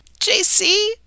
JC